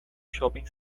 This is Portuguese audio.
shopping